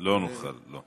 לא נוכל, לא.